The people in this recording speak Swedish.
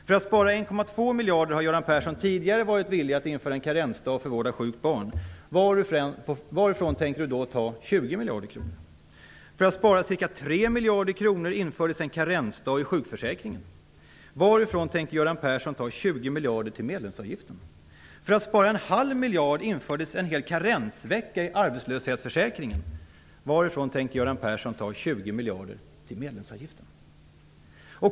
För att spara 1,2 miljarder har Göran Persson tidigare varit villig att införa en karensdag för vård av sjukt barn. Varifrån tänker han då ta 20 miljarder kronor? För att spara ca 3 miljarder kronor infördes en karensdag i sjukförsäkringen. Varifrån tänker Göran Persson ta 20 miljarder till medlemsavgiften? För att spara en halv miljard infördes en hel karensvecka i arbetslöshetsförsäkringen. Varifrån tänker Göran Persson ta 20 miljarder till medlemsavgiften?